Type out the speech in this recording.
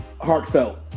heartfelt